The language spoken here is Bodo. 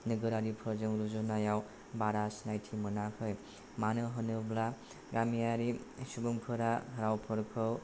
नोगोरारिफोरजों रुजुनायाव बारा सिनायथि मोनाखै मानो होनोब्ला गामियारि सुबुंफोरा रावफोरखौ